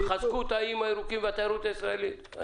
חזקו את האיים הירוקים והתיירות הישראלית.